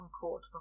Court